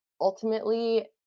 ultimately